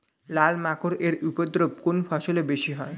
লাল মাকড় এর উপদ্রব কোন ফসলে বেশি হয়?